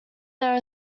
there